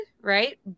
right